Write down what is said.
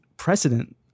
precedent